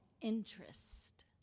interest